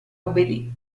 obbedì